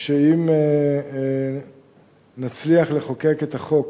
שאם נצליח לחוקק את החוק